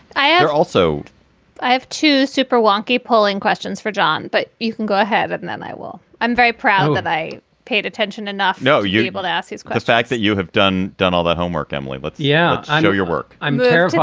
i and also i have two super wonky polling questions for john. but you can go ahead and then i will i'm very proud of they paid attention enough. no, you're able to ask is the kind of fact that you have done done all the homework, emily. but, yeah, i know your work. i'm there.